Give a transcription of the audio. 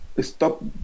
stop